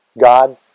God